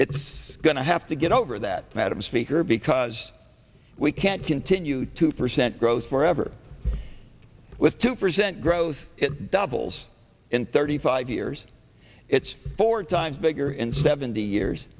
it's going to have to get over that madame speaker because we can't continue two percent growth forever with two percent growth it doubles in thirty five years it's four times bigger and seventy years